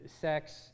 Sex